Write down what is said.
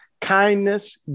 kindness